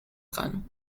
خانم